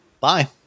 Bye